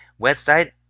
Website